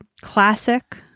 Classic